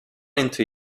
into